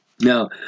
Now